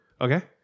Okay